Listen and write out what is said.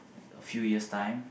a few years time